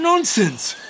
nonsense